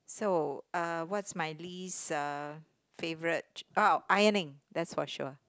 so uh what's my least uh favorite ch~ oh ironing that's for sure